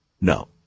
No